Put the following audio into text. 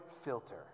filter